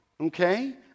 Okay